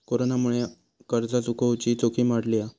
कोरोनामुळे कर्ज चुकवुची जोखीम वाढली हा